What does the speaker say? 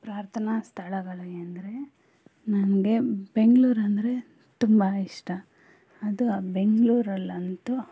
ಪ್ರಾರ್ಥನಾ ಸ್ಥಳಗಳು ಎಂದರೆ ನನಗೆ ಬೆಂಗಳೂರಂದ್ರೆ ತುಂಬ ಇಷ್ಟ ಅದು ಆ ಬೆಂಗಳೂರಲ್ಲಂತೂ